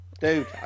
dude